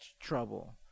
trouble